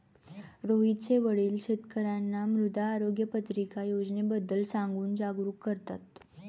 रोहितचे वडील शेतकर्यांना मृदा आरोग्य पत्रिका योजनेबद्दल सांगून जागरूक करतात